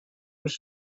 was